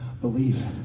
believe